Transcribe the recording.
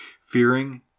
Fearing